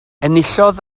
enillodd